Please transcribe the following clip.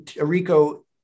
Rico